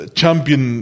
champion